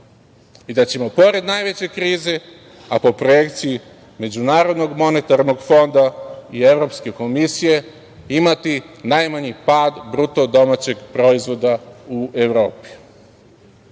i da ćemo pored najveće krize, a po projekciji Međunarodnog monetarnog fonda i Evropske komisije imati najmanji pad BDP u Evropi. Dodao bih